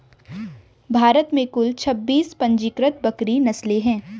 भारत में कुल छब्बीस पंजीकृत बकरी नस्लें हैं